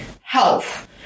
health